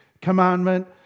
commandment